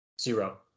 Zero